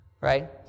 Right